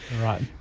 Right